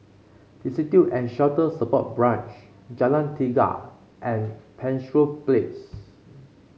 Destitute and Shelter Support Branch Jalan Tiga and Penshurst Place